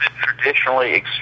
traditionally